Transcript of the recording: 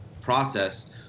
process